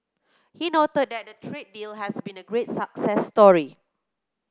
he noted that the trade deal has been a great success story